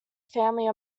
family